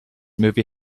movie